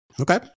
Okay